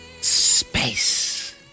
Space